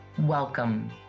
Welcome